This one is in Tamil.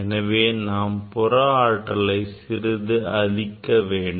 எனவே நாம் புற ஆற்றலை சிறிது அளிக்க வேண்டும்